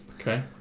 Okay